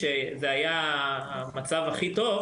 זה לא משהו שהפסיק,